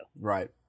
Right